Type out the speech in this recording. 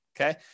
okay